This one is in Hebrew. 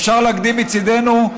אפשר להקדים, מצידנו,